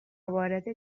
وارد